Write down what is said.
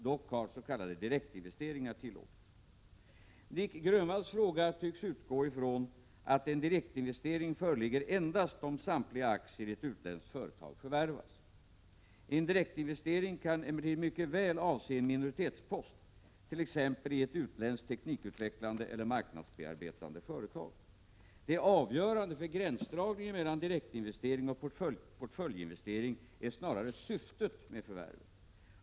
Dock har s.k. direktinvesteringar tillåtits. Nic Grönvalls fråga tycks utgå ifrån att en direktinvestering föreligger endast om samtliga aktier i ett utländskt företag förvärvas. En direktinvestering kan emellertid mycket väl avse en minoritetspost t.ex. i ett utländskt teknikutvecklande eller marknadsbearbetande företag. Det avgörande för gränsdragningen mellan direktinvestering och portföljinvestering är snarare syftet med förvärvet.